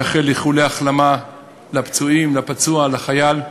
מאחל איחולי החלמה לפצועים, לפצוע, לחייל.